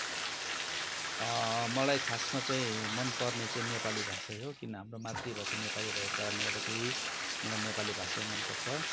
मलाई खासमा चाहिँ मनपर्ने चाहिँ नेपाली भाषा हो किन हाम्रो मातृभाषा नेपाली भएको कारणले गर्दाखेरि मलाई नेपाली भाषा मनपर्छ